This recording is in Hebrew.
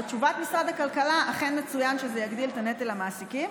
בתשובת משרד הכלכלה אכן מצוין שזה יגדיל את הנטל על המעסיקים.